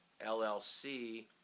LLC